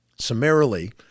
Summarily